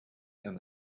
and